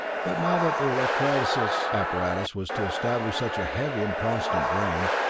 but now that the electrolysis apparatus was to establish such a heavy and constant drain,